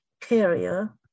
carrier